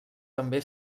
també